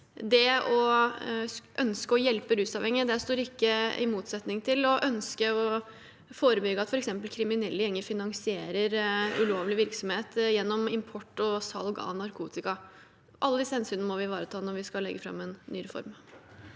Det å ønske å hjelpe rusavhengige, står ikke i motsetning til å ønske å forebygge at f.eks. kriminelle gjenger finansierer ulovlig virksomhet gjennom import og salg av narkotika. Alle disse hensynene må vi ivareta når vi skal legge fram en ny reform.